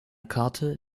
karte